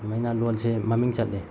ꯑꯗꯨꯃꯥꯏꯅ ꯂꯣꯟꯁꯦ ꯃꯃꯤꯡ ꯆꯠꯂꯦ